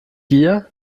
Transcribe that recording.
gier